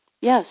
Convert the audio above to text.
Yes